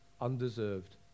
undeserved